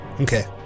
Okay